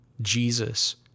Jesus